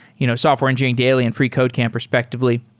you know software engineering daily and freecodecamp respective ly.